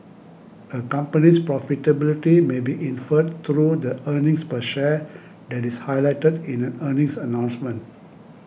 a company's profitability may be inferred through the earnings per share that is highlighted in an earnings announcement